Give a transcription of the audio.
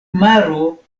maro